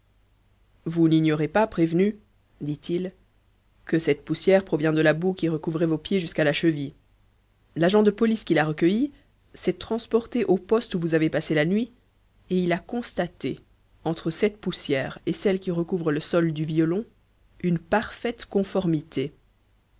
vous n'ignorez pas prévenu dit-il que cette poussière provient de la boue qui recouvrait vos pieds jusqu'à la cheville l'agent de police qui l'a recueillie s'est transporté au poste où vous avez passé la nuit et il a constaté entre cette poussière et celle qui recouvre le sol du violon une parfaite conformité